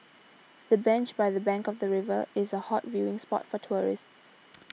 the bench by the bank of the river is a hot viewing spot for tourists